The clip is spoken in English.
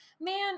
man